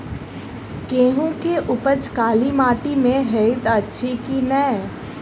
गेंहूँ केँ उपज काली माटि मे हएत अछि की नै?